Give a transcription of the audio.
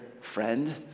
friend